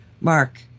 Mark